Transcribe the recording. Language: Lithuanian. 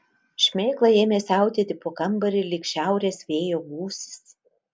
šmėkla ėmė siautėti po kambarį lyg šiaurės vėjo gūsis